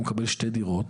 והוא מקבל שתי דירות,